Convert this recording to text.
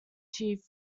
achieved